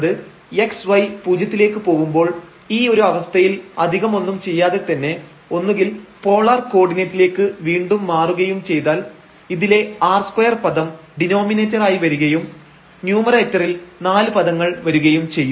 fx y എന്നത് x y പൂജ്യത്തിലേക്ക് പോവുമ്പോൾ ഈ ഒരു അവസ്ഥയിൽ അധികം ഒന്നും ചെയ്യാതെ തന്നെ ഒന്നുകിൽ പോളാർ കോർഡിനേറ്റിലേക്ക് വീണ്ടും മാറുകയും ചെയ്താൽ ഇതിലെ r2 പദം ഡിനോമിനേറ്റർ ആയി വരികയും ന്യൂമറേറ്ററിൽ നാല് പദങ്ങൾ വരികയും ചെയ്യും